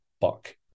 buck